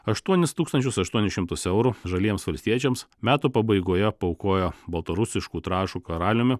aštuonis tūkstančius aštuonis šimtus eurų žaliems valstiečiams metų pabaigoje paaukojo baltarusiškų trąšų karaliumi